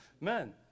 man